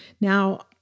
Now